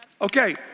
Okay